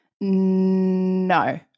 No